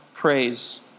Praise